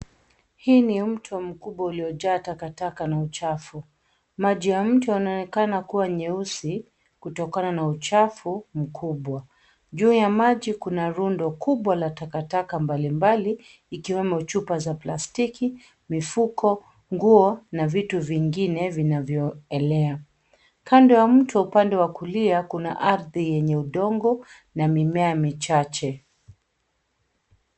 Hii ni mto mkubwa uliojaa takataka na uchafu. Maji ya mto yanaonekana kuwa nyeusi, kutokana na uchafu, mkubwa. Juu ya maji kuna rundo kubwa la takataka mbalimbali, ikiwemo chupa za plastiki, mifuko, nguo, na vitu vingine vinavyoelea. Kando ya mto upande wa kulia, kuna ardhi yenye udongo, na mimea michache.